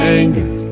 anger